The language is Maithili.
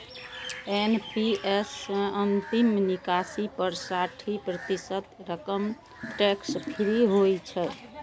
एन.पी.एस सं अंतिम निकासी पर साठि प्रतिशत रकम टैक्स फ्री होइ छै